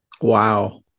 Wow